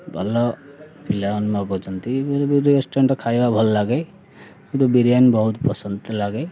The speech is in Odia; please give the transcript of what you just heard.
ଭଲ ପିଲାମାନେ ମଗାଉଛନ୍ତି ରେଷ୍ଟୁରାଣ୍ଟ ଖାଇବା ଭଲଲାଗେ ବିରିୟାନୀ ବହୁତ ପସନ୍ଦ ଲାଗେ